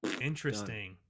Interesting